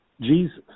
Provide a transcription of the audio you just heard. Jesus